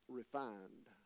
refined